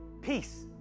peace